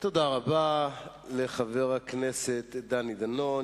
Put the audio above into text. תודה רבה לחבר הכנסת דני דנון.